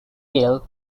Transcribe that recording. cale